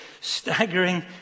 staggering